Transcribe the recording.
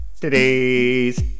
Today's